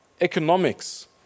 Economics